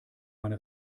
meine